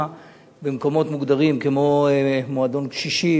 למקומות מוגדרים כמו מועדון קשישים,